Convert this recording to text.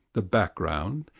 the background,